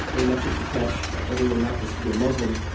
in an effort to catch everyone who happens to be a muslim,